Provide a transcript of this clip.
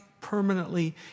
permanently